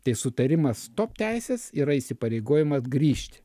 tai sutarimas stop teisės yra įsipareigojimas grįžti